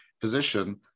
position